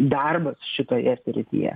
darbas šitoje srityje